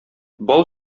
бал